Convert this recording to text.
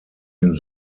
den